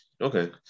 Okay